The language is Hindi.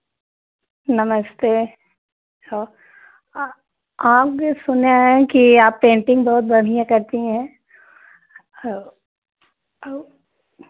नमस्ते आ आप जो सुने हैं की आप पेन्टिंग बहुत बढ़ियाँ करती हैं आ वो